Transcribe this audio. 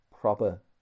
proper